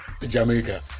Jamaica